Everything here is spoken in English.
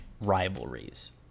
rivalries